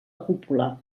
cúpula